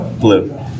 Blue